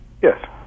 Yes